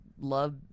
love